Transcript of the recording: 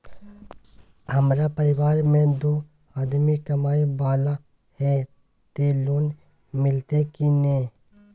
हमरा परिवार में दू आदमी कमाए वाला हे ते लोन मिलते की ने?